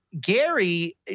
Gary